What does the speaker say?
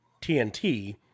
TNT